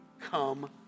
come